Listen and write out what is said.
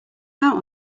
out